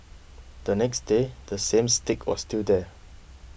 the next day the same stick was still there